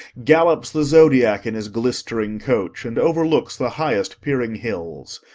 gallops the zodiac in his glistening coach and overlooks the highest-peering hills,